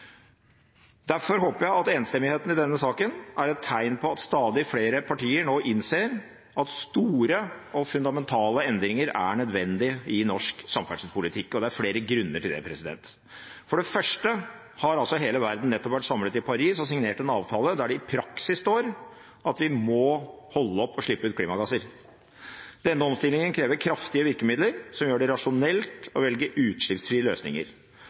Derfor håper jeg at enstemmigheten i denne saken er et tegn på at stadig flere partier nå innser at store og fundamentale endringer er nødvendig i norsk samferdselspolitikk, og det er flere grunner til det. For det første har hele verden nettopp vært samlet i Paris og signert en avtale der det i praksis står at vi må holde opp med å slippe ut klimagasser. Denne omstillingen krever kraftige virkemidler som gjør det rasjonelt å velge utslippsfrie løsninger.